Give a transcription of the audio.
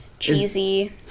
Cheesy